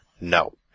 No